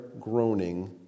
groaning